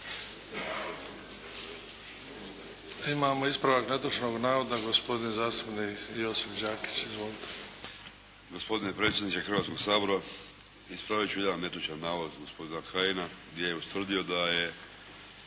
Imamo ispravak netočnog navoda gospodin zastupnik Josip Đakić. Izvolite. **Đakić, Josip (HDZ)** Gospodine predsjedniče Hrvatskog sabora, ispravit ću jedan netočan navod gospodina Kajina, gdje je ustvrdio da su